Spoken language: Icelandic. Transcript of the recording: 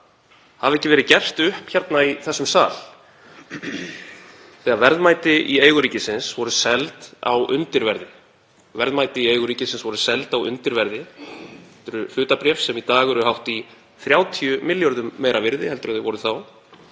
hafi ekki verið gert upp hérna í þessum sal þegar verðmæti í eigu ríkisins voru seld á undirverði. Verðmæti í eigu ríkisins voru seld á undirverði — þetta eru hlutabréf sem í dag eru hátt í 30 milljörðum meira virði en þau voru þá